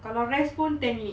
kalau rest pun ten minute